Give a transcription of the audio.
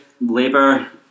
Labour